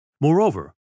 Moreover